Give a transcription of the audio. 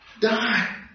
die